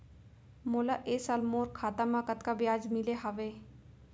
मोला ए साल मोर खाता म कतका ब्याज मिले हवये?